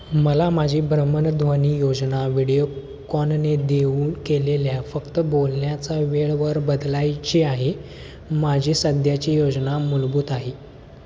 मला माझी भ्रमणध्वनी योजना व्हिडिओकॉनने देऊ केलेल्या फक्त बोलण्याचा वेळवर बदलायची आहे माझी सध्याची योजना मूलभूत आहे